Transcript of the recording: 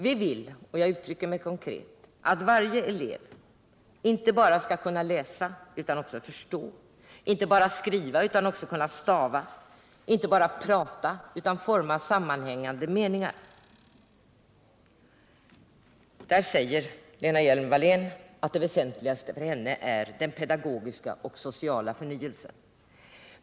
Vi vill — och jag uttrycker mig konkret — att varje elev inte bara skall kunna läsa utan också kunna förstå, inte bara kunna skriva utan också kunna stava, inte bara kunna prata utan också kunna forma sammanhängande meningar. Där säger Lena Hjelm-Wallén att det väsentligaste för henne är den pedagogiska och sociala förnyelsen.